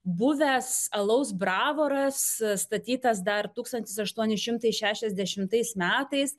buvęs alaus bravoras statytas dar tūkstantis aštuoni šimtai šešiasdešimtais metais